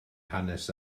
hanes